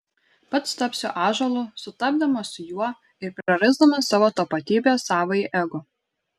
pats tapsiu ąžuolu sutapdamas su juo ir prarasdamas savo tapatybę savąjį ego